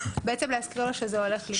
בעצם להזכיר לו שזה הולך לקרות.